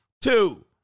two